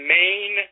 main